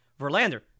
Verlander